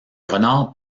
renard